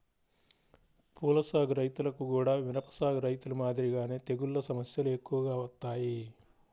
పూల సాగు రైతులకు గూడా మిరప సాగు రైతులు మాదిరిగానే తెగుల్ల సమస్యలు ఎక్కువగా వత్తాయి